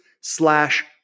slash